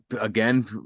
again